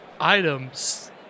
items